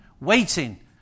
waiting